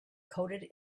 coded